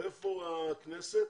ואיפה הכנסת?